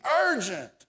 urgent